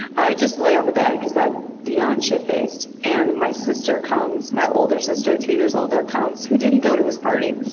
i just lay on the bed because i'm beyond shitfaced. and my sister comes my older sister, two years older comes and, who didn't go to this party.